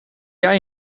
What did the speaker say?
jij